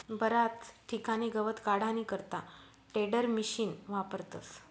बराच ठिकाणे गवत काढानी करता टेडरमिशिन वापरतस